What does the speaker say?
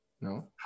no